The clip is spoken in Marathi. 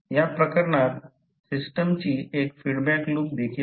या प्रकरणात सिस्टमची एक फीडबॅक लूप देखील आहे